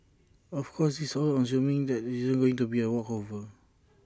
of course this is all assuming there isn't going to be A walkover